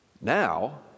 Now